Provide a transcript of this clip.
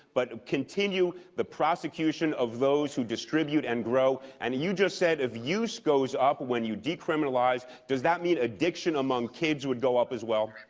but continue the prosecution of those who distribute and grow. and you just said if use goes up when you decriminalize, does that mean addiction among kids would go up as well?